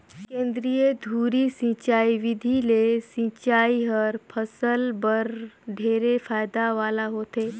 केंद्रीय धुरी सिंचई बिधि ले सिंचई हर फसल बर ढेरे फायदा वाला होथे